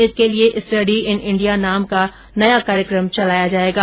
इसके लिये study in India नाम का नया कार्यक्रम लाया जायेगा